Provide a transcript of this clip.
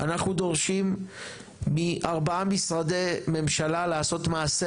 אנחנו דורשים מארבע משרדי ממשלה לעשות מעשה